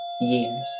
years